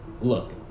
Look